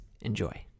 Enjoy